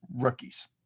rookies